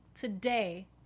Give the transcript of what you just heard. today